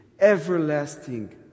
everlasting